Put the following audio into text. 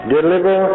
Deliver